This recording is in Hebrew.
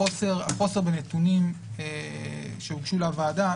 חוסר בנתונים שהוגשו לוועדה,